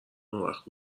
اونوقت